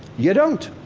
you don't.